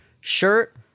shirt